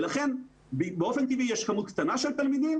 לכן באופן טבעי יש כמות קטנה של תלמידים